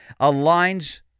aligns